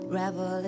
revel